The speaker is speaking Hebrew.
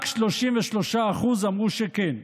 רק 33% אמרו שכן.